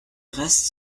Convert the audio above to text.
restes